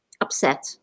upset